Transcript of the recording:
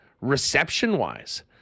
reception-wise